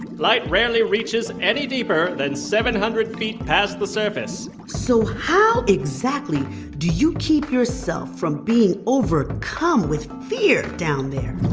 light rarely reaches any deeper than seven hundred feet past the surface so how exactly do you keep yourself from being overcome with fear down there?